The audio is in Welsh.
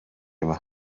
yma